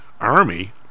Army